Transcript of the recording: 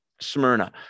Smyrna